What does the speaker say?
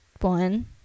one